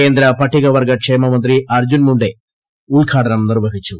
കേന്ദ്ര പട്ടികവർഗ്ഗ ക്ഷേമമന്ത്രി അർജ്ജുൻ മുണ്ട ഉദ്ഘാടനം നിർവ്വഹിച്ചു